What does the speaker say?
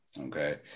okay